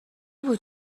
بود